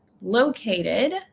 located